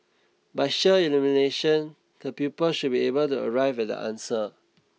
by sheer elimination the pupils should be able to arrive at the answer